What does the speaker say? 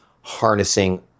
harnessing